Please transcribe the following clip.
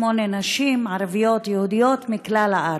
שמונה נשים, ערביות, יהודיות, מכלל הארץ.